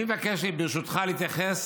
אני מבקש, ברשותך, להתייחס